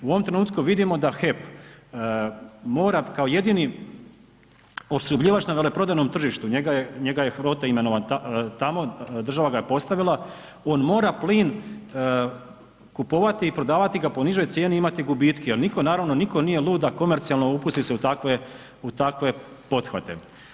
U ovom trenutku vidimo da HEP mora kao jedini opskrbljivač na veleprodajnom tržištu, njega je Hrote imenovan tamo, država ga je postavila, on mora plin kupovati i prodavati ga po nižoj cijeni, imati gubitke jer nitko, naravno, nitko nije lud da komercionalno upusti se u takve pothvate.